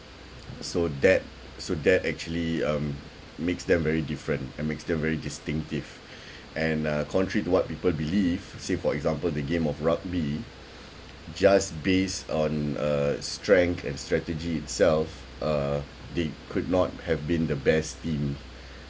so that so that actually um makes them very different and makes them very distinctive and uh contrary to what people believe say for example the game of rugby just based on uh strength and strategy itself uh they could not have been the best team